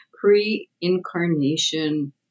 pre-incarnation